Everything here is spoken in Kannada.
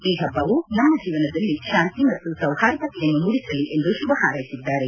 ಈ ಹಬ್ಬವು ನಮ್ಮ ಜೀವನದಲ್ಲಿ ಶಾಂತಿ ಮತ್ತು ಸೌಹಾರ್ದತೆಯನ್ನು ಮೂಡಿಸಲಿ ಎಂದು ಶುಭ ಹಾರೈಸಿದ್ದಾರೆ